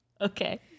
Okay